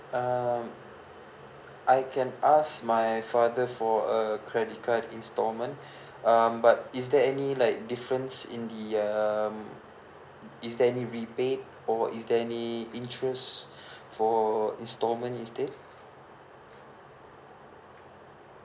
um I can ask my father for uh credit card installment um but is there any like difference in the um is there any rebate or is there any interest for installment instead